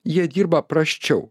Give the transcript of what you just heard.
jie dirba prasčiau